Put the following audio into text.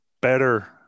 better